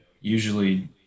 usually